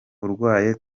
urwaye